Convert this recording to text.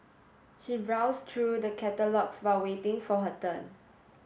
she browsed through the catalogues while waiting for her turn